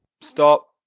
Stop